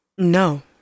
no